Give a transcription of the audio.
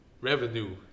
revenue